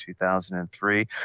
2003